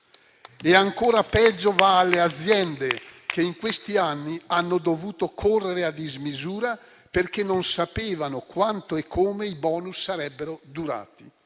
E ancora peggio va alle aziende, che in questi anni hanno dovuto correre a dismisura perché non sapevano quanto e come i *bonus* sarebbero durati